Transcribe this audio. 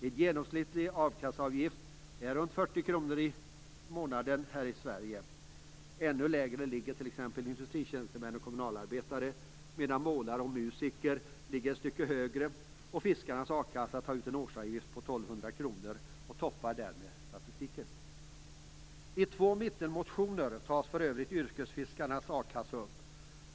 En genomsnittlig a-kasseavgift uppgår till runt 40 kr i månaden här i Sverige. Ännu lägre ligger t.ex. avgifterna för industritjänstemän och kommunalarbetare medan avgifterna för målare och musiker ligger ett stycke högre. Yrkesfiskarnas a-kassa tar ut en årsavgift på 1 200 kr och toppar därmed statistiken. I två mittenpartimotioner tas för övrigt yrkesfiskarnas a-kassa upp.